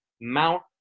Mount